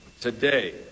Today